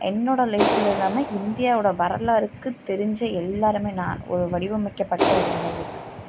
என்னோட லைஃப்பில் இல்லாமல் இந்தியாவோட வரலாறுக்குத்தெரிஞ்ச எல்லோருமே நான் ஒரு வடிவமைக்கப்பட்ட ஒரு உணர்வு